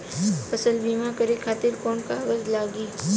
फसल बीमा करे खातिर कवन कवन कागज लागी?